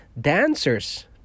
Dancers